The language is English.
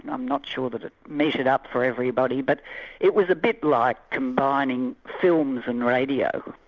i'm not sure that it measured up for everybody, but it was a bit like combining films and radio,